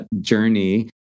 journey